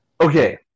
Okay